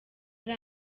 ari